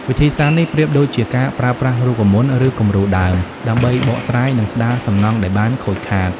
វិធីសាស្ត្រនេះប្រៀបដូចជាការប្រើប្រាស់រូបមន្ត ឬគំរូដើម ដើម្បីបកស្រាយ និងស្ដារសំណង់ដែលបានខូចខាត។